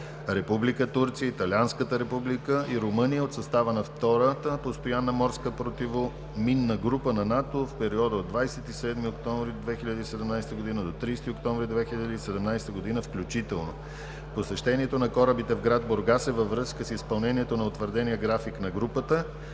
Република Турция, Италианската република и Румъния от състава на втората постоянна морска противоминна група на НАТО в периода от 27 октомври 2017 г до 30 октомври 2017 г. включително. Посещението на корабите в град Бургас е във връзка с изпълнението на утвърдения график на групата.